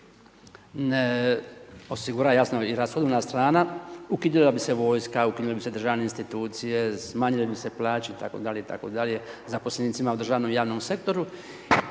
osigura i jasno rashodovna strana, ukidala bi se vojska, ukidale bi se državne institucije, smanjile bi se plaće itd., itd. zaposlenicima u državnom i javnom sektoru